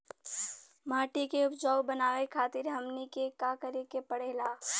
माटी के उपजाऊ बनावे खातिर हमनी के का करें के पढ़ेला?